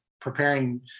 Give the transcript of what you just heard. preparing